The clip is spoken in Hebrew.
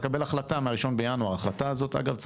היא צריכה לקבל החלטה מה-1 בינואר.